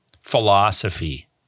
philosophy